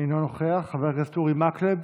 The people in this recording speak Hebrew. אינו נוכח, חבר הכנסת אורי מקלב